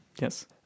Yes